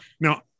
Now